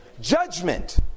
Judgment